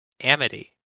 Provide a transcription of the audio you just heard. Amity